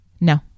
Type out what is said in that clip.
no